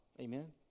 Amen